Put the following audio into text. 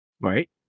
Right